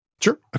Sure